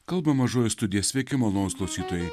kalba mažoji studija sveiki malonūs klausytojai